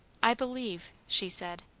i believe, she said.